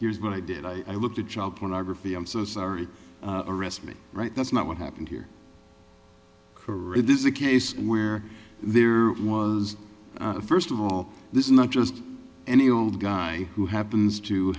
here's what i did i looked at child pornography i'm so sorry arrest me right that's not what happened here kareen this is a case where there was first of all this is not just any old guy who happens to